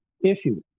issue